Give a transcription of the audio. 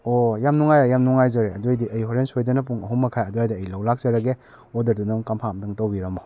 ꯑꯣ ꯌꯥꯝꯅ ꯅꯨꯡꯉꯥꯏꯔꯦ ꯌꯥꯝꯅ ꯅꯨꯡꯉꯥꯏꯖꯔꯦ ꯑꯗꯨꯑꯣꯏꯔꯗꯤ ꯑꯩ ꯍꯣꯔꯦꯟ ꯁꯣꯏꯗꯅ ꯄꯨꯡ ꯑꯍꯨꯝ ꯃꯈꯥꯏ ꯑꯗꯨꯋꯥꯏꯗ ꯑꯩ ꯂꯧꯕ ꯂꯥꯛꯆꯔꯒꯦ ꯑꯣꯗꯔꯗꯨ ꯅꯪ ꯀꯟꯐꯥꯝ ꯑꯃꯨꯛꯇꯪ ꯇꯧꯕꯤꯔꯝꯃꯣ